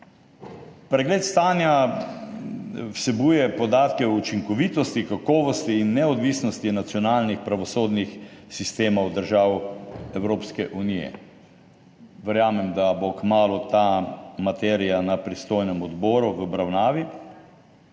Pregled stanja vsebuje podatke o učinkovitosti, kakovosti in neodvisnosti nacionalnih pravosodnih sistemov držav Evropske unije. Verjamem, da bo kmalu ta materija na pristojnem odboru v obravnavi.